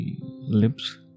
lips